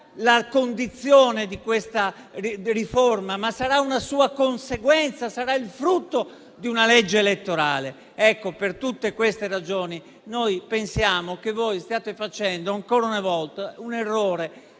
la condizione di questa riforma, ma una sua conseguenza, sarà il frutto di una legge elettorale. Per tutte queste ragioni noi pensiamo che voi stiate facendo ancora una volta un errore